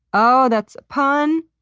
oh, that's a pun!